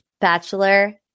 Bachelor